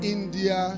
India